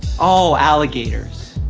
oh, alligators.